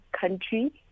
country